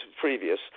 previous